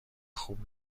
خوب